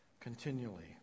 continually